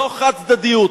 זאת חד-צדדיות.